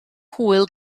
hwyl